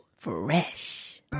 fresh